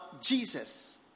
Jesus